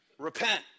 Repent